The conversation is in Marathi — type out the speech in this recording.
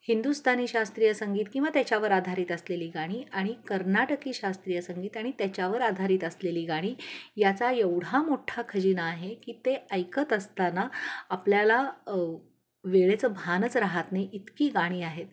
हिंदुस्तानी शास्त्रीय संगीत किंवा त्याच्यावर आधारित असलेली गाणी आणि कर्नाटकी शास्त्रीय संगीत आणि त्याच्यावर आधारित असलेली गाणी याचा एवढा मोठा खजीना आहे की ते ऐकत असताना आपल्याला वेळेचं भानच राहात नाही इतकी गाणी आहेत